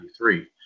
1993